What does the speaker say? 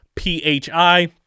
PHI